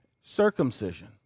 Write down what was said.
circumcision